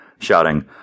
shouting